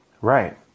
Right